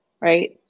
right